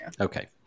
okay